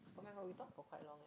oh my god we talk for quite long